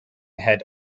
had